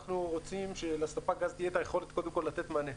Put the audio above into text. אנחנו רוצים שלספק גז תהיה את היכולת קודם כל לתת מענה.